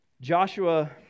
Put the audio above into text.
Joshua